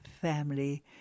family